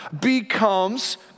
becomes